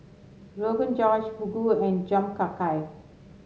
Rogan Josh Fugu and Jom Kha Gai